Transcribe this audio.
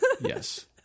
Yes